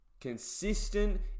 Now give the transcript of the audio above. consistent